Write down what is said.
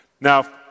Now